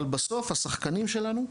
אבל בסוף השחקנים שלנו,